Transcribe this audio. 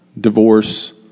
divorce